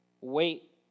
wait